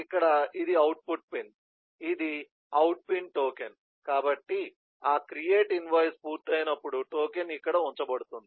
ఇక్కడ ఇది output pin ఇది అవుట్ పిన్ టోకెన్ కాబట్టి ఆ క్రీయేట్ ఇన్వాయిస్ పూర్తి అయినప్పుడు టోకెన్ ఇక్కడ ఉంచబడుతుంది